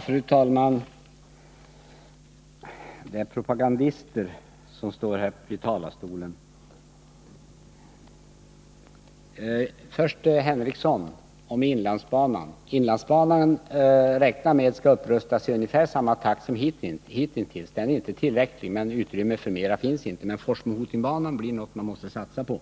Fru talman! Det är propagandister som har stått här i talarstolen. Först några ord till Sven Henricsson om inlandsbanan. För inlandsbanan räknar man med ungefär samma upprustningstakt som hittills. Den är inte tillräcklig, men utrymme för mer finns inte. Men Forsmo-Hoting-banan är något man måste satsa på.